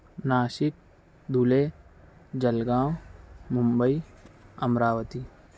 Nashik Dhule Jalgaon Mumbai Amravati